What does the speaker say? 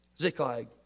Ziklag